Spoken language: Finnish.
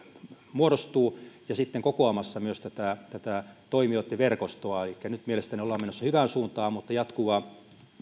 muodostuu ja myös kokoamassa toimijoitten verkostoa elikkä nyt mielestäni ollaan menossa hyvään suuntaan mutta jatkuva